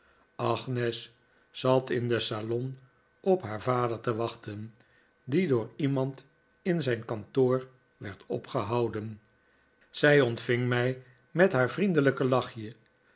agnes zat in den salon op haar vader te wachten die door iemand in zijn kantoor werd opgehouden zij ontving mij met haar vriendelijke lachje